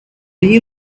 you